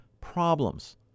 problems